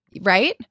Right